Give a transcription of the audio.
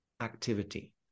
activity